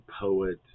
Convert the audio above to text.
poet